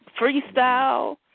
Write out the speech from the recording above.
freestyle